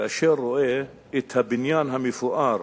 את הבניין המפואר